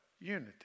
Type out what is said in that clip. unity